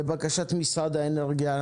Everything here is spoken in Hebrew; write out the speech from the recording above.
לבקשת משרד האנרגיה.